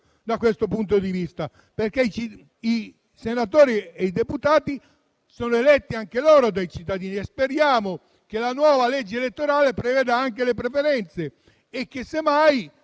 da questo punto di vista, perché anche i senatori e i deputati sono eletti dai cittadini. Speriamo che la nuova legge elettorale preveda anche le preferenze e che semmai